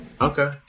Okay